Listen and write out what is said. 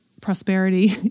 prosperity